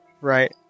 Right